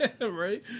Right